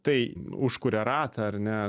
tai užkuria ratą ar ne